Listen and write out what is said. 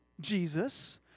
Jesus